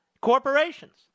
corporations